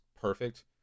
perfect